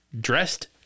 dressed